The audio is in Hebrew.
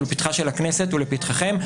לפתחה של הכנסת ולפתחכם,